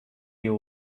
you